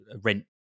rent